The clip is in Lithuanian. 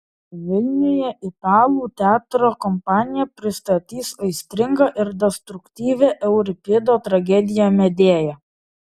vilniuje italų teatro kompanija pristatys aistringą ir destruktyvią euripido tragediją medėja